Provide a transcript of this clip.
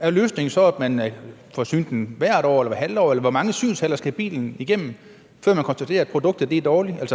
er løsningen så, at man får synet den hvert år eller hvert halve år, eller hvor mange synshaller skal bilen igennem, før man konstaterer, at produktet er dårligt?